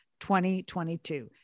2022